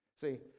See